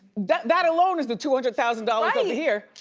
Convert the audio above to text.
that that alone is the two hundred thousand dollars over here.